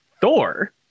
thor